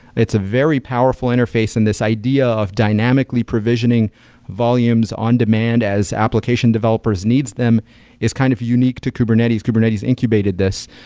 it's a very powerful interface, and this idea of dynamically provisioning volumes on demand as application developers needs them is kind of unique to kubernetes. kubernetes incubated this,